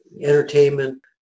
entertainment